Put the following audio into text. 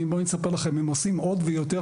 בואו אני אספר לכם: אם עושים עוד ויותר